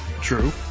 True